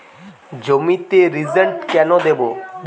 জমিতে রিজেন্ট কেন দেবো?